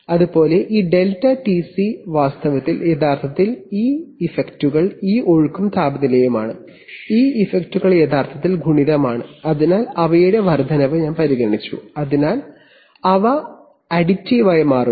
അതുപോലെ ഈ ΔTC വാസ്തവത്തിൽ യഥാർത്ഥത്തിൽ ഈ ഇഫക്റ്റുകൾ ഈ ഒഴുക്കും താപനിലയുമാണ് ഈ ഇഫക്റ്റുകൾ യഥാർത്ഥത്തിൽ ഗുണിതമാണ് multiplicative അതിനാൽ അവയുടെ വർദ്ധനവ് ഞാൻ പരിഗണിച്ചു അതിനാൽ അവ അഡിറ്റീവായി മാറുന്നു